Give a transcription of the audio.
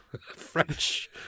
French